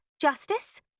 Justice